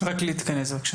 רק להתכנס בבקשה.